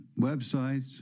websites